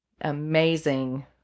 amazing